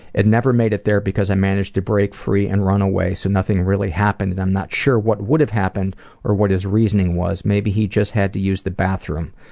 it never made it there because i managed to break free and run away so nothing really happened. i'm not sure what would happened or what his reasoning was. maybe he just had to use the bathroom.